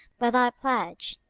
by thy pledge.